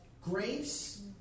grace